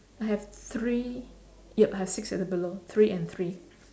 I have three yup I have six at the below three and three